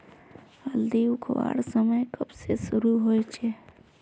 हल्दी उखरवार समय कब से शुरू होचए?